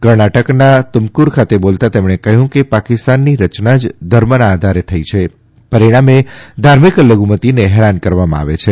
કર્ણાટકના તુમકુરૂ ખાતે બોલતાં તેમણે કહ્યું કે પાકિસ્તાનની રચના જ ધર્મના આધારે થઇ છે પરિણામે ધાર્મિક લધુમતિને હેરાન કરવામાં આવે છે